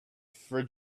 for